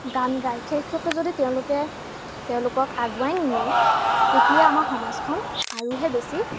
গান গায় সেই ক্ষেত্ৰত যদি তেওঁলোকে তেওঁলোকক আগুৱাই নিনিয়ে তেতিয়া আমাৰ সমাজখন আৰুহে বেছি